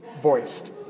voiced